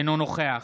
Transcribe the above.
אינו נוכח